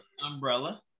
Umbrella